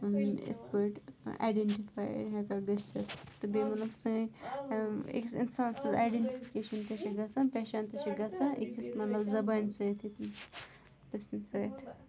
وۄنۍ یِتھ پٲٹھۍ آیڈٮ۪نٛٹِفَاے ہیٚکان گٔژھِتھ تہٕ بیٚیہِ مطلب سٲنۍ أکِس اِنسان سٕںٛز آیڈٮ۪نٛٹِفِکیشَن تہِ چھِ گژھان پہچان تہِ چھِ گژھان أکِس مطلب زبانہِ سۭتۍ أتی تٔمۍ سٕنٛدِ سۭتۍ